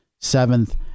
seventh